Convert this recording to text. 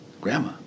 grandma